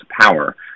power